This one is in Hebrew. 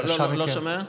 בבקשה מכם.